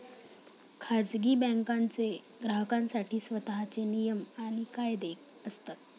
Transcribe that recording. खाजगी बँकांचे ग्राहकांसाठी स्वतःचे नियम आणि कायदे असतात